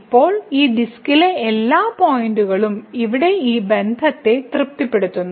ഇപ്പോൾ ഈ ഡിസ്കിലെ എല്ലാ പോയിന്റുകളും ഇവിടെ ഈ ബന്ധത്തെ തൃപ്തിപ്പെടുത്തുന്നു